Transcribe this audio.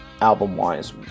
album-wise